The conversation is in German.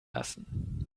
lassen